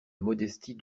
modestie